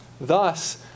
Thus